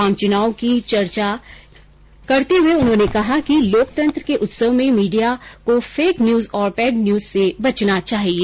आम चुनावों की चर्चा करते हुए उन्होंने कहा कि लोकतंत्र के उत्सव में मीडिया को फेक न्यूज और पैड न्यूज से बचना चाहिए